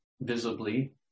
visibly